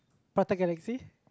prata galaxy